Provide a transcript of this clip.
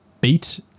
beat